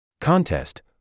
Contest